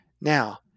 Now